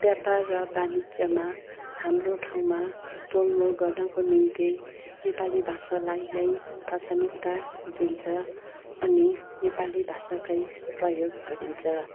व्यापार र वाणिज्यमा हाम्रो ठाउँमा तोल मोल गर्नको निम्ति नेपाली भाषालाई नै प्राथमिकता दिन्छ अनि नेपाली भाषाकै प्रयोग गरिन्छ